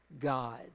God